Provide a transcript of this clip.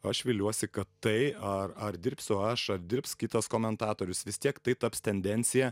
aš viliuosi kad tai ar ar dirbsiu aš dirbs kitas komentatorius vis tiek tai taps tendencija